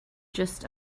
just